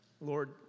Lord